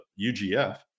UGF